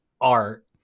art